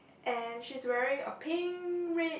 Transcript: and she's wearing a pink red